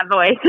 voice